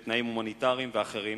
בתנאים הומניטריים ואחרים.